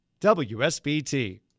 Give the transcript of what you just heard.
WSBT